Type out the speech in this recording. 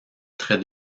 très